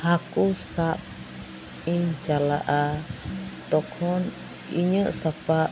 ᱦᱟᱹᱠᱩ ᱥᱟᱵᱤᱧ ᱪᱟᱞᱟᱜᱼᱟ ᱛᱚᱠᱷᱚᱱ ᱤᱧᱟᱹᱜ ᱥᱟᱯᱟᱯ